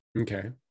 okay